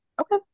okay